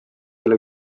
olev